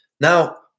now